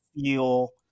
feel